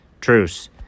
Truce